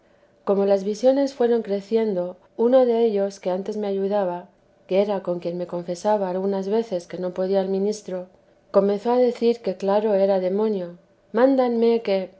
como las visiones fueron creciendo uno dellos que antes me ayudaba que era con quien me confesa algunas veces que no podía el ministro comenzó a decir que claro era demonio mandábame que